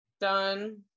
Done